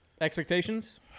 Expectations